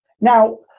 Now